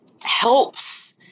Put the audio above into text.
helps